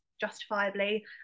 justifiably